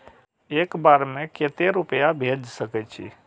एक बार में केते रूपया भेज सके छी?